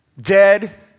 dead